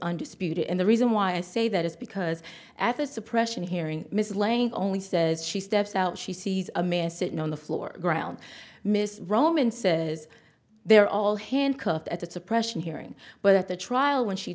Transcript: undisputed and the reason why i say that is because at the suppression hearing mislaying only says she steps out she sees a man sitting on the floor ground miss roman says they're all handcuffed at the suppression hearing but at the trial when she